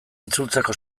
itzultzeko